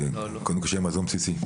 קודם כל שיהיה מזון בסיסי.